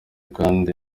kandi